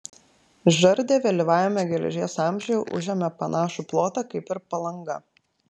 žardė vėlyvajame geležies amžiuje užėmė panašų plotą kaip ir palanga